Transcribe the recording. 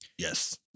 Yes